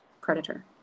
predator